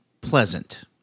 pleasant